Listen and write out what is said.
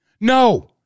No